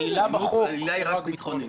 העילה בחוק היא רק ביטחונית.